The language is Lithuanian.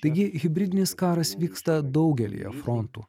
taigi hibridinis karas vyksta daugelyje frontų